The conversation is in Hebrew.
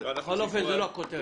בכל אופן זו לא הכותרת,